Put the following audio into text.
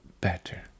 better